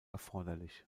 erforderlich